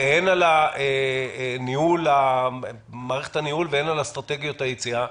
הן על מערכת הניהול והן על אסטרטגיות היציאה.